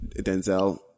Denzel